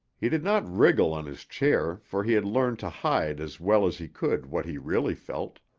he did not wriggle on his chair for he had learned to hide as well as he could what he really felt.